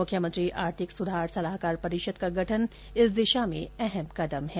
मुख्यमंत्री आर्थिक सुधार सलाहकार परिषद का गठन इस दिशा में अहम कदम है